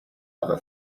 other